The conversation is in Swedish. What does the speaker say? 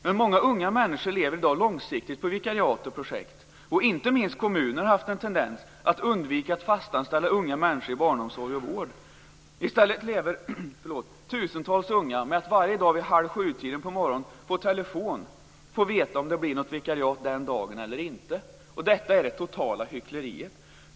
Men många unga människor lever i dag långsiktigt på vikariat och projekt. Inte minst kommuner har haft en tendens att undvika att fastanställa unga människor i barnomsorg och vård. I stället lever tusentals unga med att varje dag vid halvsjutiden på morgonen på telefon få veta om det blir något vikariat den dagen eller inte. Detta är det totala hyckleriet.